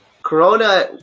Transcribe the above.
Corona